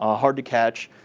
ah hard to catch.